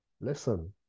listen